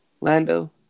Lando